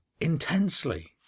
intensely